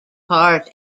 part